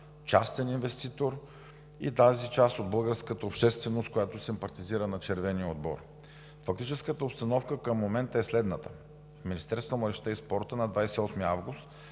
частен инвеститор и тази част от българската общественост, която симпатизира на червения отбор. Фактическата обстановка към момента е следната. В Министерството на младежта и спорта на 28 август